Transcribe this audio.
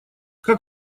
как